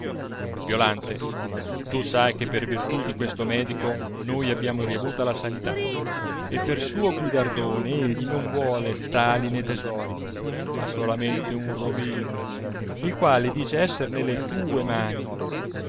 violante tu sai che per virtù di questo medico noi abbiamo riavuta la sanità e per suo guidardone egli non vuole stali né tesori ma solamente un robino il quale dice esser nelle tue mani